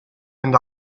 and